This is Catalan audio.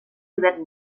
rivet